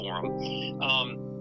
forum